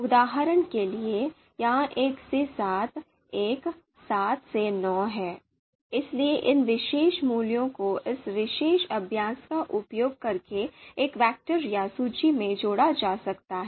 उदाहरण के लिए यह एक से सात 1 7 से 9 है इसलिए इन विशेष मूल्यों को इस विशेष अभ्यास का उपयोग करके एक वेक्टर या सूची में जोड़ा जा सकता है